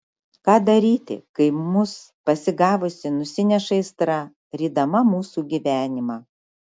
ką daryti kai mus pasigavusi nusineša aistra rydama mūsų gyvenimą